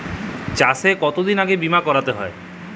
চাষে কতদিন আগে বিমা করাতে হয়?